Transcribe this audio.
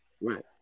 right